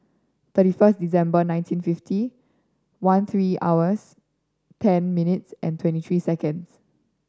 thirty first December nineteen fifty one three hours ten minutes and twenty three seconds